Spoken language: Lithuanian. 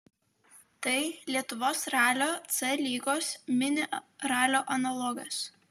tai lietuvos ralio c lygos mini ralio analogas